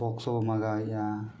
ᱵᱚᱠᱥᱚᱵᱚᱱ ᱢᱟᱸᱜᱟᱣᱮᱫᱼᱟ